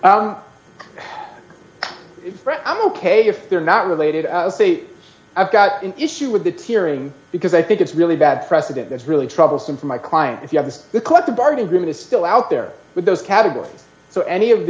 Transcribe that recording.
fred i'm ok if they're not related i've got an issue with this hearing because i think it's really bad precedent that's really troublesome for my client if you have the collective bargaining agreement still out there with those categories so any of the